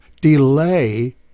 Delay